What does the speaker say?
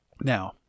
Now